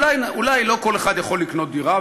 אולי לא כל אחד יכול לקנות דירה,